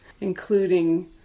including